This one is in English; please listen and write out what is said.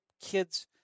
kids